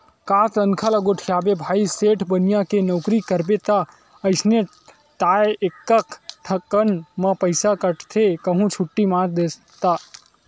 का तनखा ल गोठियाबे भाई सेठ बनिया के नउकरी करबे ता अइसने ताय एकक कन म पइसा काटथे कहूं छुट्टी मार देस ता